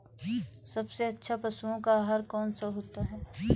सबसे अच्छा पशुओं का आहार कौन सा होता है?